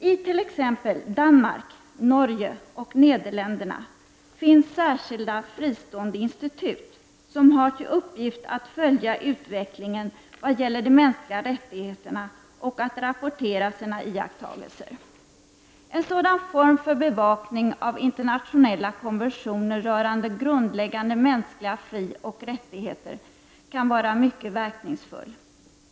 I t.ex. Danmark, Norge och Nederländerna finns särskilda fristående institut som har till uppgift att följa utvecklingen vad gäller de mänskliga rättigheterna och att rapportera sina iakttagelser. En sådan form för bevakning av internationella konventioner rörande grundläggande mänskliga frioch rättigheter kan vara mycket verkningsfull.